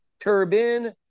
Turbine